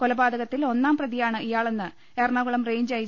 കൊലപാത കത്തിൽ ഒന്നാം പ്രതിയാണ് ഇയാളെന്ന് എറണാകുളം റേഞ്ച് ഐ